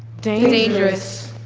dangerous.